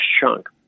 chunk